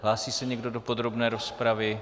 Hlásí se někdo do podrobné rozpravy?